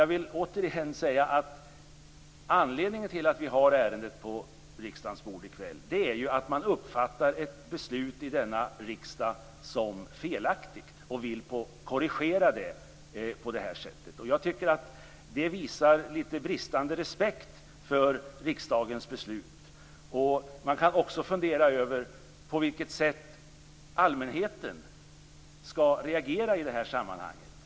Jag vill återigen säga att anledningen till att vi har ärendet på riksdagens bord i kväll är att man uppfattar ett beslut i denna riksdag som felaktigt och vill korrigera det på det här sättet. Och jag tycker att det visar lite bristande respekt för riksdagens beslut. Man kan också fundera över på vilket sätt allmänheten skall reagera i det här sammanhanget.